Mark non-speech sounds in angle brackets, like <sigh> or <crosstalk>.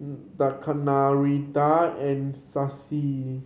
<unintelligible> Narendra and Shashi